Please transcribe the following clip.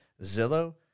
Zillow